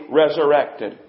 resurrected